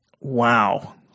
Wow